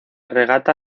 regata